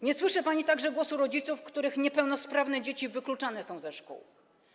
Nie słyszy pani także głosu rodziców, których niepełnosprawne dzieci wykluczane są ze szkół.